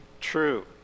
true